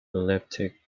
elliptic